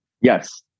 yes